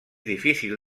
difícil